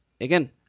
again